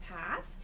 path